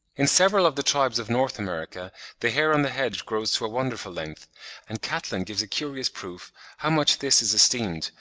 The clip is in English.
in several of the tribes of north america the hair on the head grows to a wonderful length and catlin gives a curious proof how much this is esteemed,